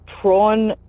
prawn